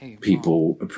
people